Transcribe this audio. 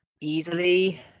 easily